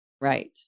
Right